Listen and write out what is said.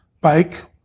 bike